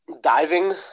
diving